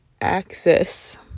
access